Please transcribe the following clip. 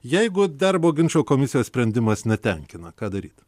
jeigu darbo ginčų komisijos sprendimas netenkina ką daryti